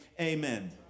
Amen